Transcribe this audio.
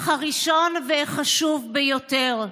אך הראשון והחשוב ביותר: